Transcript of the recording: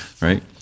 right